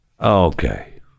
Okay